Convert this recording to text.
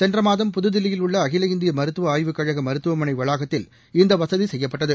சென்றமாதம் புதுதில்லியில் உள்ளஅகில இந்தியமருத்துவ ஆய்வு கழகமருத்துவமனைவளாகத்தில் இந்தவசதிசெய்யப்பட்டது